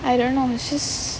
I don't know it's just